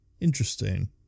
Interesting